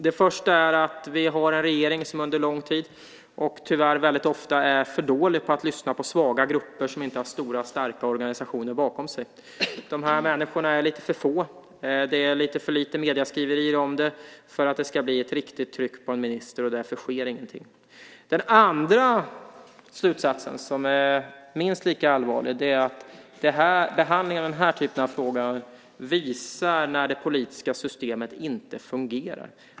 Den första är att vi har en regering som under lång tid och tyvärr väldigt ofta är för dålig på att lyssna på svaga grupper som inte har stora, starka organisationer bakom sig. De här människorna är lite för få. Det är lite för lite skriverier i medierna om problemet för att det ska bli ett riktigt tryck på en minister och därför sker ingenting. Den andra slutsatsen, som är minst lika allvarlig, är att behandlingen av den här typen av frågor visar när det politiska systemet inte fungerar.